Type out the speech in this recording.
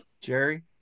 Jerry